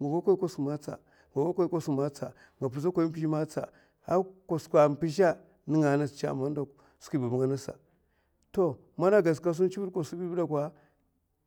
nga gokoy kosuk magatsa, nga gokoy kosuk magatsa. nga gokoy kosuk magatsa. nga gokoy mpizhè matsa kosuka a mpizhè sata skwi babbanga angasa a'to mana agas kasun chivid kosuk